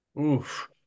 Oof